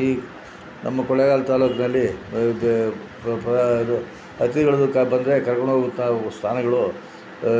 ಈ ನಮ್ಮ ಕೊಳ್ಳೇಗಾಲ ತಾಲ್ಲೂಕದಲ್ಲಿ ಅಥಿತಿಗಳದ್ದು ಕಾರ್ ಬಂದರೆ ಕರ್ಕೊಂಡು ಹೋಗುವಂಥ ಸ್ಥಾನಗಳು